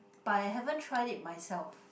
but I haven't tried it myself